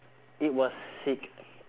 it was sick